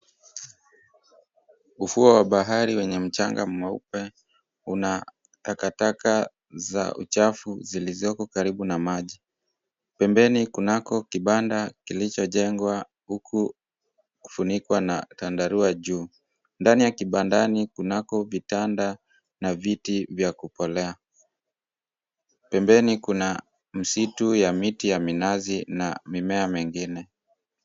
Ufuo wa bahari wenye mchanga mweupe una takataka za uchafu zilizoko karibu na maji. Pembeni kunako kibanda kilichojengwa huku kufunikwa na chandarua juu. Ndani ya kibandani kunako vitanda na viti vya kupolea. Pembeni kuna msitu ya miti ya minazi na mimea mingine.